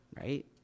right